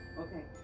okay